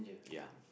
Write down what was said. ya